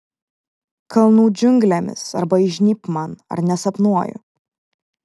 kalnų džiunglėmis arba įžnybk man ar nesapnuoju